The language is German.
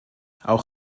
auch